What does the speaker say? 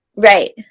Right